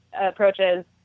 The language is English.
approaches